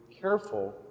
careful